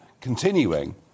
continuing